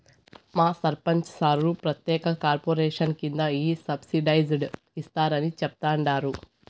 మా సర్పంచ్ సార్ ప్రత్యేక కార్పొరేషన్ కింద ఈ సబ్సిడైజ్డ్ ఇస్తారని చెప్తండారు